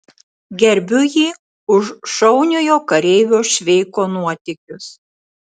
gerbiu jį už šauniojo kareivio šveiko nuotykius